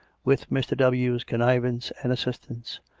with mr. w s con nivance and assistance.